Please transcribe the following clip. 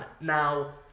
now